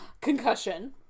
Concussion